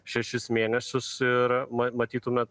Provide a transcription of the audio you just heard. šešis mėnesius ir mat matytume